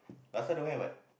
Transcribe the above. last time don't have what